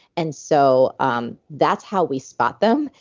and so, um that's how we spot them.